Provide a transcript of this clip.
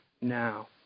now